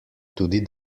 tudi